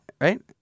Right